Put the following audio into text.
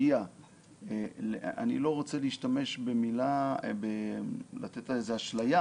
אני לא רוצה להשתמש במילה שנותנת איזה אשליה